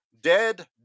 dead